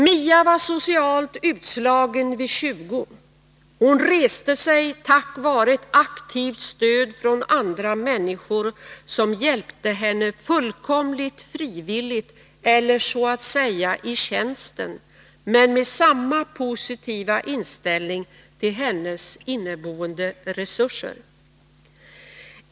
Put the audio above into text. Mia var socialt utslagen vid 20. Hon reste sig tack vare ett aktivt stöd från andra människor, som hjälpte henne fullkomligt frivilligt eller så att säga ”i tjänsten”, men med samma positiva inställning till hennes inneboende resurser.